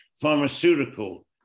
pharmaceutical